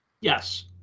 Yes